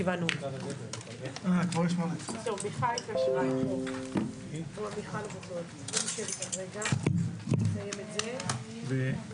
יש צבא, ויש משטרה, ויש ביטחון, ויש רב"שים, ויש